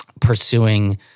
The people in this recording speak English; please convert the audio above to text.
pursuing